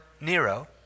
Nero